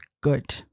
good